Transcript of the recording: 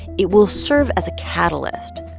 it will serve as a catalyst,